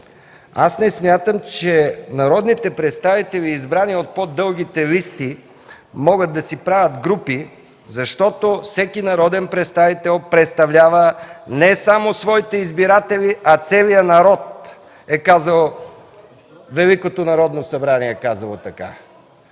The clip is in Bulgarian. аз не смятам, че народните представители, избрани от по-дългите листи, могат да си правят групи, защото всеки народен представител представлява не само своите избиратели, а целия народ. Великото народно събрание е казало така.